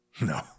No